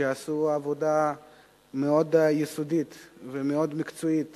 שעשה עבודה מאוד יסודית ומאוד מקצועית